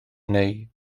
neu